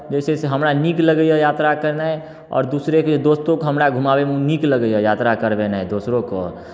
जे छै से हमरा नीक लगैए यात्रा कयनाइ आओर दोसरोकेँ दोस्तोकेँ हमरा घुमाबयमे नीक लगैए यात्रा करबेनाइ दोसरोकेँ